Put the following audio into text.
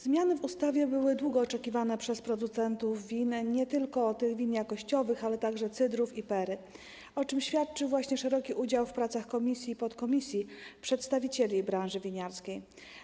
Zmiany w ustawie były długo oczekiwane przez producentów win, nie tylko win jakościowych, ale także cydrów i perry, o czym świadczy właśnie szeroki udział w pracach komisji i podkomisji przedstawicieli branży winiarskiej.